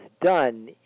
done